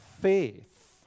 faith